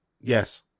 Yes